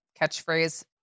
catchphrase